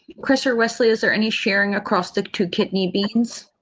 chris or wesley? is there any sharing across to to kidney beans?